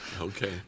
Okay